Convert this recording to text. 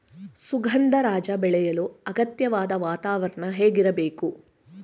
ಸುಗಂಧರಾಜ ಬೆಳೆಯಲು ಅಗತ್ಯವಾದ ವಾತಾವರಣ ಹೇಗಿರಬೇಕು?